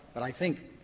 but i think,